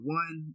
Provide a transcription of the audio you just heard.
one